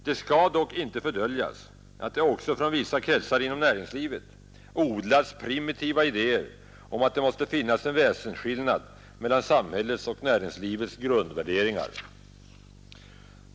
Det skall dock icke fördöljas att det också i vissa kretsar inom näringslivet odlas primitiva idéer om att det måste finnas en väsenskillnad mellan samhällets och näringslivets grundvärderingar.